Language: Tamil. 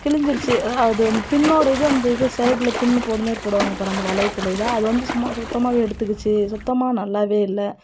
கிழிஞ்சிருச்சு என்னடா அது வந்து பின்னோடு இது வந்து இது சைடில் பின் போடுமாதிரி போடுவாங்க பார் அந்த வளையத்தில் இதில் அது வந்து சும்மா சுத்தமாகவே எடுத்துக்கிச்சு சுத்தமாக நல்லாவே இல்லை